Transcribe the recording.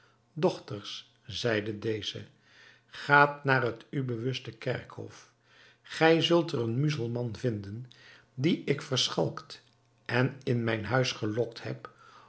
dochters zeide deze gaat naar het u bewuste kerkerhol gij zult er een muzelman vinden dien ik verschalkt en in mijn huis gelokt heb